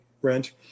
rent